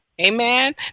Amen